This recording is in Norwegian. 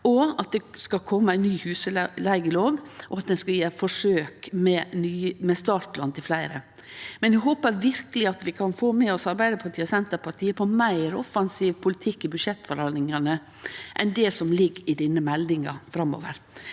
at det skal kome ei ny husleigelov, og at ein skal gjere forsøk med startlån til fleire, men eg håpar verkeleg at vi kan få med oss Arbeidarpartiet og Senterpartiet på meir offensiv politikk i budsjettforhandlingane framover enn det som ligg i denne meldinga. Trass